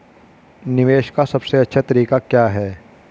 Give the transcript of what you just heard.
निवेश का सबसे अच्छा तरीका क्या है?